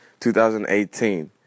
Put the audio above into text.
2018